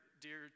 dear